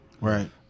Right